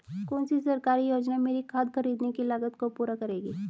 कौन सी सरकारी योजना मेरी खाद खरीदने की लागत को पूरा करेगी?